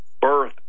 Birth